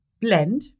blend